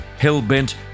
Hellbent